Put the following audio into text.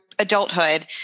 adulthood